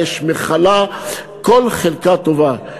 האש מכלה כל חלקה טובה.